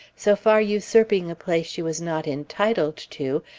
so far usurping a place she was not entitled to,